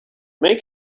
make